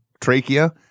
trachea